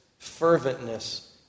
ferventness